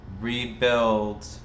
rebuild